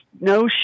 no